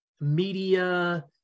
media